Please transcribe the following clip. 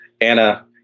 Anna